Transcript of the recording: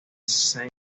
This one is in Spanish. saint